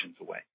away